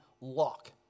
lock